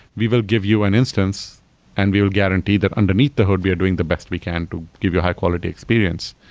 we will give you an instance and we will guarantee that underneath the hood we are doing the best we can to give you a high quality experience.